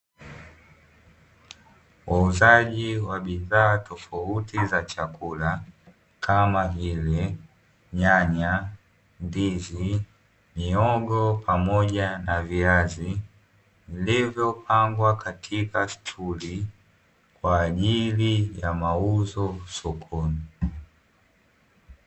Wauzaji wa bidhaa tofauti za chakula kama vile nyanya, ndizi, mihogo pamoja na viazi vilivyopangwa katika sturi kwa ajili ya mauzo sokoni.